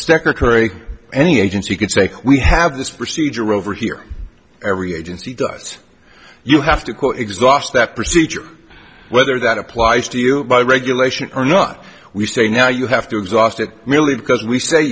secretary any agency could say we have this procedure over here every agency does you have to exhaust that procedure whether that applies to you by regulation or not we say now you have to exhaust it merely because we say